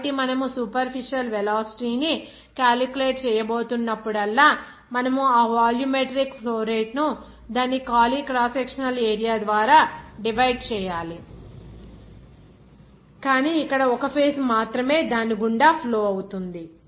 కాబట్టి మనము superficial velocity ని క్యాలిక్యులేట్ చేయబోతున్నప్పుడల్లా మనము ఆ వాల్యూమిట్రిక్ ఫ్లో రేటు ను దాని ఖాళీ క్రాస్ సెక్షనల్ ఏరియా ద్వారా డివైడ్ చేయాలి కానీ ఇక్కడ ఒక ఫేజ్ మాత్రమే దాని గుండా ఫ్లో అవుతుంది